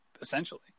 essentially